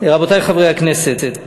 רבותי חברי הכנסת,